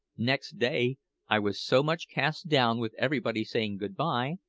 next day i was so much cast down with everybody saying good-bye,